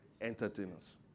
Entertainers